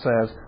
says